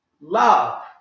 love